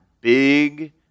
big